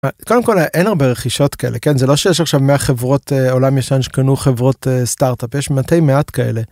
קודם כל אין הרבה רכישות כאלה, כן? זה לא שיש עכשיו מאה חברות עולם ישן שקנו חברות סטארטאפ. יש מתי מעט כאלה.